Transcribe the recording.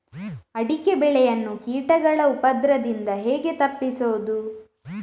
ಅಡಿಕೆ ಬೆಳೆಯನ್ನು ಕೀಟಗಳ ಉಪದ್ರದಿಂದ ಹೇಗೆ ತಪ್ಪಿಸೋದು?